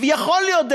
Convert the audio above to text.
ויכול להיות,